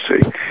see